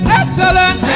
excellent